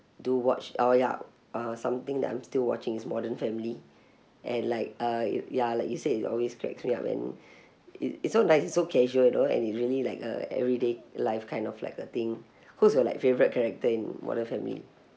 do watch oh ya uh something that I'm still watching is modern family and like uh y~ ya like you said it's always cracks me up and it it's so nice it's so casual you know and it really like uh everyday life kind of like a thing who's your like favourite character in modern family